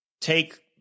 take